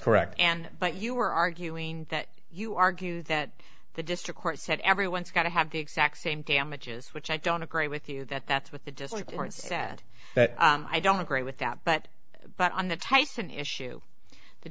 correct and but you were arguing that you argue that the district court said everyone's got to have the exact same damages which i don't agree with you that that's what the disappearance said i don't agree with that but but on the tyson issue the